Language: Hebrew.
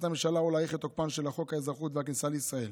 הממשלה ולהאריך את תוקפו של חוק האזרחות והכניסה לישראל